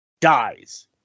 dies